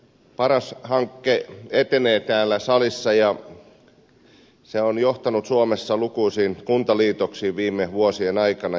paras hanke etenee täällä salissa ja se on johtanut suomessa lukuisiin kuntaliitoksiin viime vuosien aikana